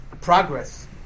progress